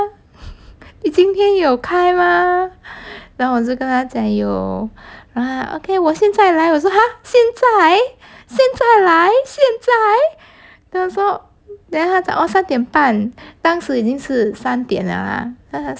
你今天有开吗然后我就跟他讲有然后他 okay 我现在来我说 !huh! 现在现在来现在 then 他就说 then 他讲 oo 三点半当时已经是三点了啊